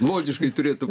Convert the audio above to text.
logiškai turėtų